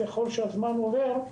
ככל שהזמן עובר,